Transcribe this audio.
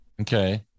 Okay